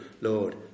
Lord